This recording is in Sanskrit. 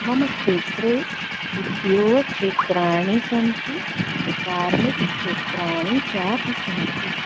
मम क्षेत्रे उद्योगक्षेत्राणि सन्ति कार्मिकक्षेत्राणि चापि सन्ति